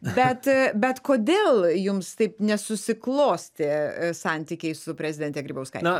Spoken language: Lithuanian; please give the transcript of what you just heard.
bet bet kodėl jums taip nesusiklostė santykiai su prezidente grybauskaite